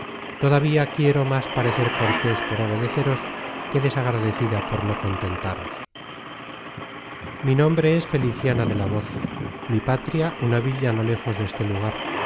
todavía quiero más parecer cortés por obedeceros que desagradecida por no contentaros mi nombre es feliciana de la voz mi patria una villa no lejos deste lugar